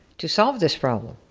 to solve this problem,